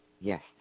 Yes